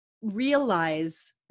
realize